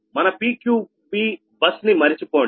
మన PQVబస్ ని మరిచిపోండి